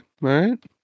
right